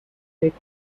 thick